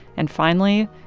and finally,